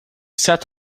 sat